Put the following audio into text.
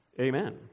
Amen